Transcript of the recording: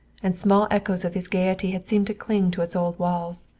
and small echoes of his gayety had seemed to cling to its old walls.